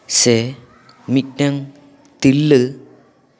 ᱥᱮ ᱢᱤᱫᱴᱮᱱ ᱛᱤᱨᱞᱟᱹ